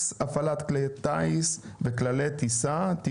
(הפעלת כלי טיס וכללי טיסה) (תיקון),